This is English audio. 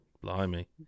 Blimey